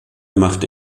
machte